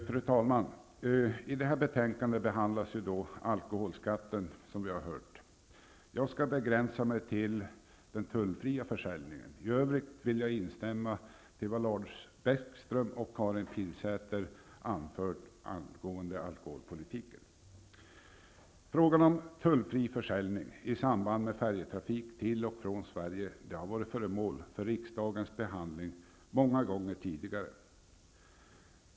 Fru talman! I det betänkande som vi nu diskuterar behandlas alkoholskatten, som vi har hört. Jag skall begränsa mig till den tullfria försäljningen. I övrigt vill jag instämma i vad Lars Bäckström och Karin Frågan om tullfri försäljning i samband med färjetrafik till och från Sverige har varit föremål för riksdagens behandling många gånger tidigare.